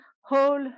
whole